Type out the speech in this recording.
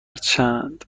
چند